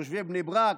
תושבי בני ברק,